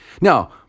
Now